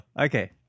Okay